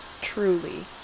truly